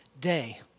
day